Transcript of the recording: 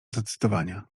zacytowania